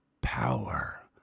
Power